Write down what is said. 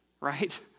Right